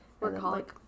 Workaholic